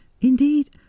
Indeed